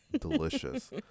Delicious